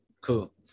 cool